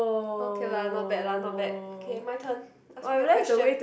okay lah not bad not bad okay my turn ask me a question